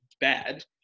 bad